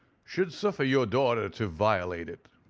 should suffer your daughter to violate it.